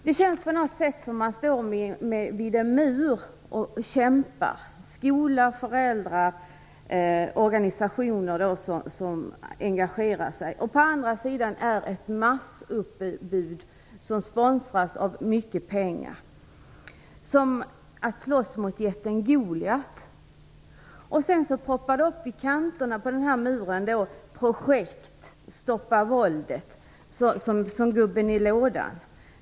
Det känns på något sätt som att man står vid en mur och kämpar, skola, föräldrar och organisationer som engagerar sig. På andra sidan är ett massutbud som sponsras av mycket pengar. Det är som att slåss mot jätten Goliat. Sedan dyker det i kanterna av muren upp projekt, som t.ex. Stoppa våldet, som gubben i lådan.